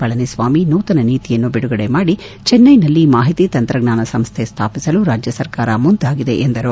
ಪಳನಿಸ್ವಾಮಿ ನೂತನ ನೀತಿಯನ್ನು ಬಿಡುಗಡೆ ಮಾಡಿ ಚೆನ್ನೈನಲ್ಲಿ ಮಾಹಿತಿ ತಂತ್ರಜ್ಞಾನ ಸಂಸ್ಥೆ ಸ್ಲಾಪಿಸಲು ರಾಜ್ಯ ಸರ್ಕಾರ ಮುಂದಾಗಿದೆ ಎಂದು ಹೇಳಿದರು